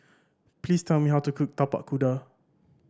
please tell me how to cook Tapak Kuda